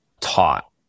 taught